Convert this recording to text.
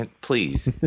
please